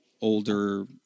older